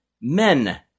men